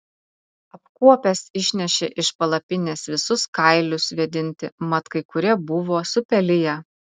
apkuopęs išnešė iš palapinės visus kailius vėdinti mat kai kurie buvo supeliję